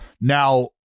now